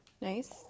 Nice